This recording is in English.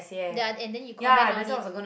ya and then you comment on it